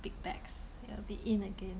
big bags will be in again